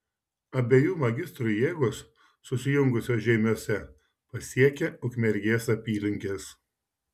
abiejų magistrų jėgos susijungusios žeimiuose pasiekė ukmergės apylinkes